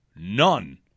none